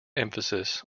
emphasis